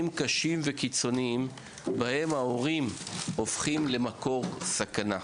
קשים וקיצוניים בהם ההורים הופכים למקור סכנה,